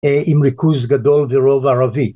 עם ריכוז גדול ורוב ערבי.